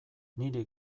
niri